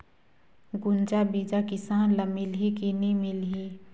गुनजा बिजा किसान ल मिलही की नी मिलही?